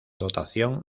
dotación